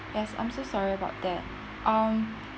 yes I'm so sorry about that um